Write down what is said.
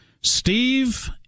steve